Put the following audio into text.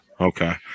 Okay